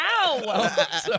Ow